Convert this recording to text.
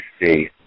see